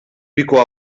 pico